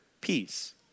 peace